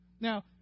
Now